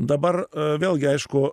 dabar vėlgi aišku